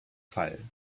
fall